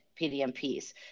PDMPs